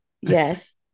yes